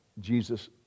Jesus